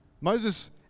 Moses